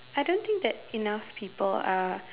I don't think that enough people are